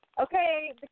Okay